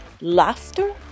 laughter